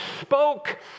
spoke